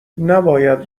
نباید